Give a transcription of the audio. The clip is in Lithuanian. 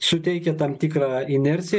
suteikia tam tikrą inerciją